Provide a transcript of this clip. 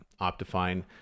Optifine